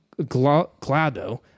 Glado